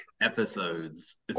episodes